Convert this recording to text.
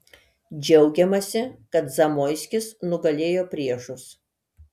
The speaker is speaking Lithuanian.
džiaugiamasi kad zamoiskis nugalėjo priešus